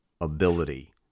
ability